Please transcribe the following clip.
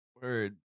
Word